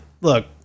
look